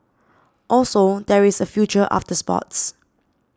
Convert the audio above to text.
also there is a future after sports